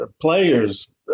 players